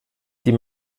die